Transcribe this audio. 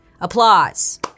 Applause